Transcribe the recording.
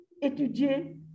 étudier